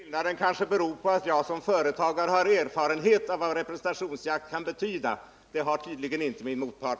Fru talman! Den milsvida skillnaden kanske beror på att jag som företagare har erfarenhet av vad representationsjakt kan betyda. Det har tydligen inte min motpart.